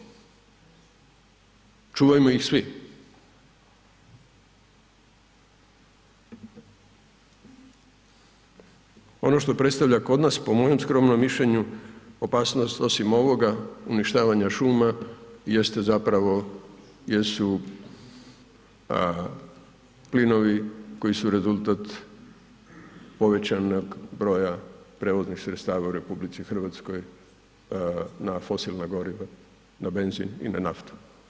Čuvajmo ih svi. ono što predstavlja kod nas, po mojem skromnom mišljenju, opasnost, osim ovoga, uništavanja šuma, jeste zapravo, jesu plinovi koji su rezultat povećanog broja prijevoznih sredstava u RH na fosilna goriva, na benzin i na naftu.